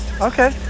Okay